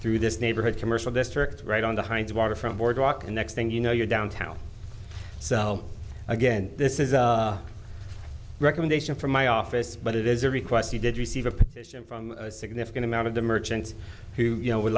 through this neighborhood commercial district right on the heinz waterfront boardwalk and next thing you know you're downtown sell again this is a recommendation from my office but it is a request he did receive a petition from a significant amount of the merchants who you know would